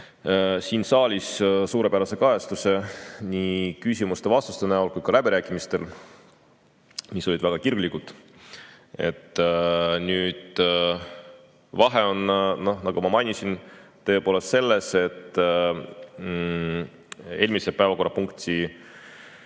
siin saalis suurepärase kajastuse nii küsimuste‑vastuste näol kui ka läbirääkimistel, mis olid väga kirglikud. Vahe on, nagu ma mainisin, tõepoolest selles, et eelmise päevakorrapunkti